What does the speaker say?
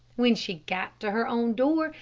when she got to her own door,